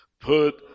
Put